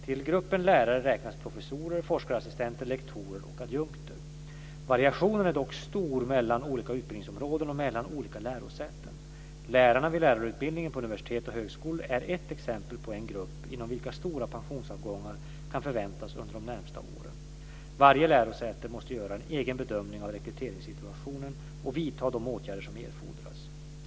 Till gruppen lärare räknas professorer, forskarassistenter, lektorer och adjunkter. Variationen är dock stor mellan olika utbildningsområden och mellan olika lärosäten. Lärarna vid lärarutbildningen på universiteten och högskolorna är ett exempel på en grupp inom vilken stora pensionsavgångar kan förväntas under de närmaste åren. Varje lärosäte måste göra en egen bedömning av rekryteringssituationen och vidta de åtgärder som erfordras.